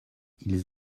ils